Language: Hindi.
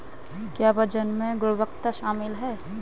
क्या वजन में गुरुत्वाकर्षण शामिल है?